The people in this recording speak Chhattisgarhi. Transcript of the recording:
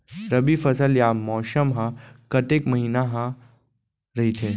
रबि फसल या मौसम हा कतेक महिना हा रहिथे?